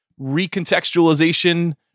recontextualization